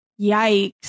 Yikes